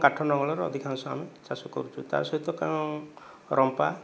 କାଠ ନଙ୍ଗଳରେ ଅଧିକାଂଶ ଆମେ ଚାଷ କରୁଛୁ ତା ସହିତ କଣ ରମ୍ପା